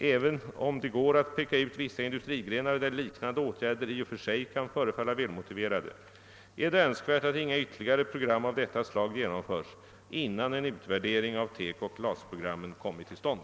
Även om det går att peka ut vissa industrigrenar, där liknande åtgärder i och för sig kan förefalla välmotiverade, är det önskvärt att inga ytterligare program av detta slag genomförs, innan en utvärdering av TEKO och glasprogrammen kommit till stånd.